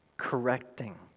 correcting